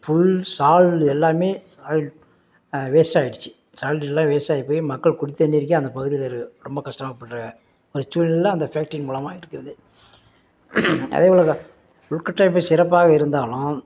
full சால் எல்லாமே சால் வேஸ்ட் ஆயிடுச்சு எல்லாம் வேஸ்ட் ஆகிப்போயி மக்கள் குடித்தண்ணீருக்கே அந்த பகுதியில் இருக்க ரொம்ப கஷ்டமா படுகிற ஒரு சூழ்நிலைல அந்த ஃபேக்ட்ரியின் மூலமாக இருக்குது அதே போல் தான் உள்கட்டமைப்பு சிறப்பாக இருந்தாலும்